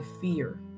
fear